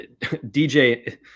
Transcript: dj